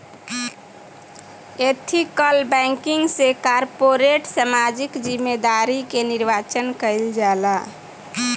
ethical banking से corporate सामाजिक जिम्मेदारी के निर्वाचन कईल जाला